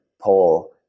poll